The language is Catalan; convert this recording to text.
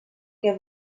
que